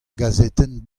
gazetenn